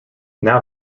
now